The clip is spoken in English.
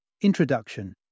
Introduction